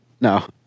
No